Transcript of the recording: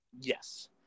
Yes